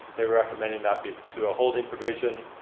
they're recommending that be through a holding provision.